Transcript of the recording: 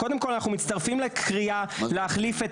קודם כל אנחנו מצטרפים לקריאה להחליף את